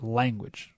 language